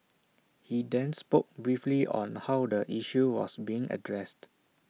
he then spoke briefly on how the issue was being addressed